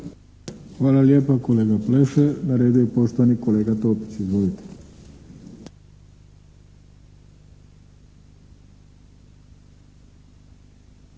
Hvala lijepa kolega Pleše. Na redu je poštovani kolega Topić. Izvolite!